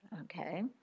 okay